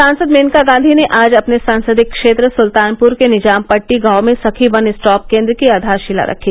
सांसद मेनका गांधी ने आज अपने संसदीय क्षेत्र सुल्तानपुर के निजाम पट्टी गांव में सखी वन स्टॉप केन्द्र की आधारशिला रखी